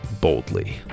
boldly